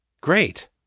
Great